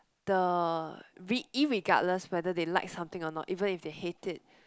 the re~ irregardless whether they like something or not even if they hate it